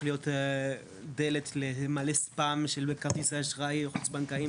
להיות דלת למלא ספאם של כרטיסי אשראי חוץ בנקאיים